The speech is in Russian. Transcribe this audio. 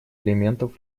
элементов